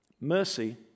Mercy